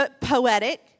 poetic